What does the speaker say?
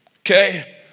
Okay